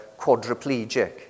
quadriplegic